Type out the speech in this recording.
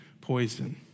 poison